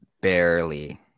barely